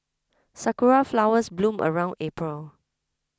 sakura flowers bloom around April